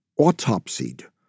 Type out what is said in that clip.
autopsied